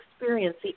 experience